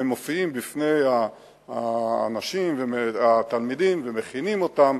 והם מופיעים בפני התלמידים ומכינים אותם,